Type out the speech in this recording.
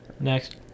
Next